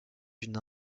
une